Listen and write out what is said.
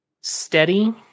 Steady